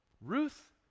Ruth